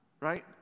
right